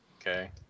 Okay